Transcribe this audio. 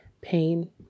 pain